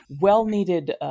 well-needed